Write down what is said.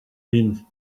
been